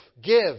give